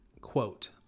quote